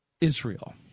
Israel